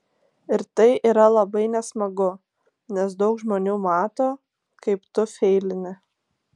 ir tai yra labai nesmagu nes daug žmonių mato kaip tu feilini